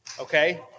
okay